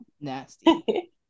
nasty